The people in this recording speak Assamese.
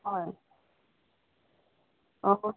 হয় অঁ অঁ